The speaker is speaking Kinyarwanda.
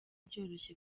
byoroshye